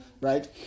Right